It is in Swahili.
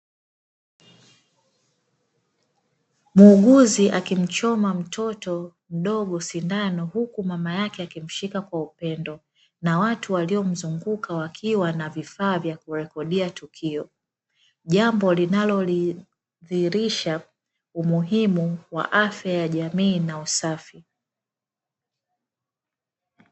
Muuguzi akimchoma mtoto mdogo sindano huku mama yake akimshika kwa upendo na watu walio mzunguka wakiwa na vifaa vya ku rikodia tukio. Jambo linalo dhihirisha umuhimu wa afya ya jamii na usafi.